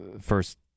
first